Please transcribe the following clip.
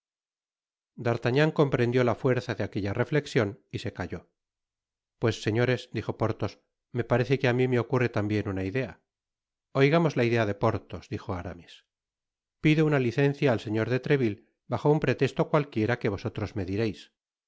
d'artagnan comprendió la fuerza de aquella reflexion y se calló pues señores dijo porthos me parece que á mi me ocurre tambien una idea oigamos la idea de porthos dijo aramis pido una licencia al señor de treville bajo un pretesto cualquiera que vosotros me direis